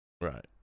Right